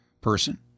person